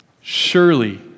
Surely